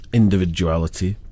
individuality